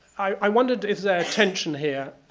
i wondered, is there tension here,